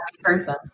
person